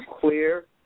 clear